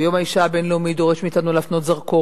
ויום האשה הבין-לאומי דורש מאתנו להפנות זרקור